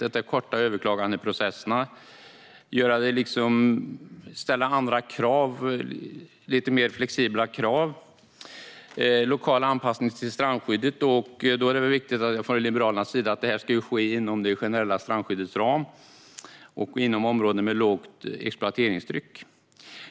Det handlar om att korta överklagandeprocesserna och om att ställa andra, lite mer flexibla krav. Det handlar om en lokal anpassning till strandskyddet, och då är det viktigt, menar vi från Liberalernas sida, att det ska ske inom det generella strandskyddets ram och inom områden med lågt exploateringstryck.